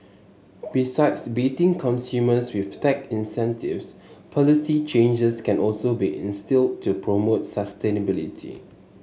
besides baiting consumers with tax incentives policy changes can also be instilled to promote sustainability